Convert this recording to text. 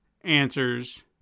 answers